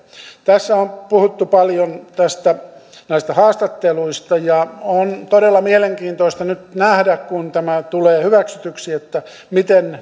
tässä on puhuttu paljon näistä haastatteluista ja on todella mielenkiintoista nyt nähdä kun tämä tulee hyväksytyksi miten ne